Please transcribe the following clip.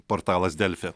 portalas delfi